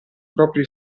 propria